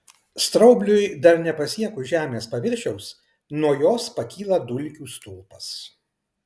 straubliui dar nepasiekus žemės paviršiaus nuo jos pakyla dulkių stulpas